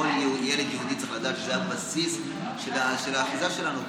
כל יהודי צריך לדעת שזה הבסיס של האחיזה שלנו פה.